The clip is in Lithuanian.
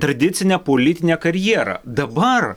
tradicinę politinę karjerą dabar